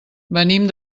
venim